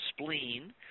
spleen